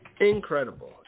Incredible